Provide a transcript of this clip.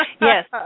yes